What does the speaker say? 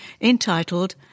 entitled